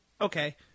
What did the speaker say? okay